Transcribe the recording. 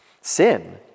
sin